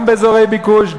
גם באזורי ביקוש,